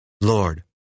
Lord